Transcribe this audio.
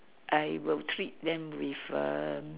I will treat them with um